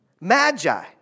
Magi